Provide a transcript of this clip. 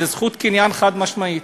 זו זכות קניין חד-משמעית,